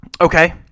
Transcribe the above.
Okay